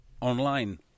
online